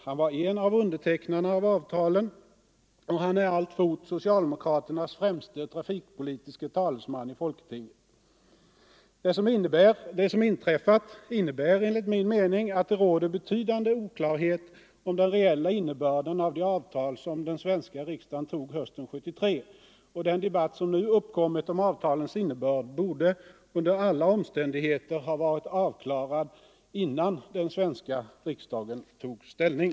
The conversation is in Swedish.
Han var en av undertecknarna av avtalen, och han är alltfort socialdemokraternas främste trafikpolitiske talesman i folketinget. Det som inträffat innebär enligt min mening att det råder betydande oklarhet om den reella innebörden av de avtal som den svenska riksdagen godtog hösten 1973. Den debatt som nu uppkommit om avtalens innebörd borde under alla förhållanden ha varit avklarad innan den svenska riksdagen tog ställning.